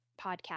podcast